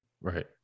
Right